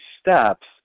steps